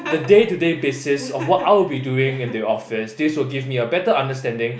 the day to day basis of what I would be doing in the office this will give me a better understanding